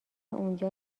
اونجا